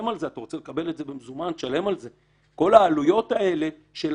ישבנו עם רשות שוק ההון על הטיוטה הראשונית שיצאה.